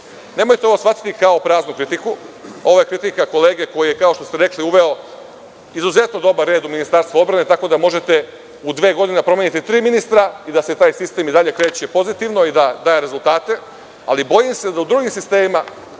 ovo shvatiti kao praznu kritiku. Ovo je kritika kolege koji je, kao što ste rekli, uveo izuzetno dobar red u Ministarstvo odbrane, tako da možete u dve godine da promenite tri ministra i da se taj sistem i dalje kreće pozitivno i da daje rezultate, ali bojim se da u drugim sistemima